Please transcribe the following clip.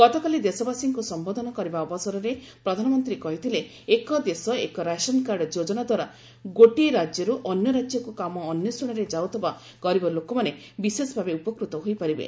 ଗତକାଲି ଦେଶବାସୀଙ୍କୁ ସମ୍ବୋଧନ କରିବା ଅବସରରେ ପ୍ରଧାନମନ୍ତ୍ରୀ କହିଥିଲେ 'ଏକ ଦେଶ ଏକ ରାସନ୍ କାର୍ଡ଼' ଯୋଜନାଦ୍ୱାରା ଗୋଟିଏ ରାଜ୍ୟରୁ ଅନ୍ୟ ରାଜ୍ୟକୁ କାମ ଅନ୍ୱେଷଣରେ ଯାଉଥିବା ଗରିବ ଲୋକମାନେ ବିଶେଷଭାବେ ଉପକୃତ ହୋଇପାରିବେ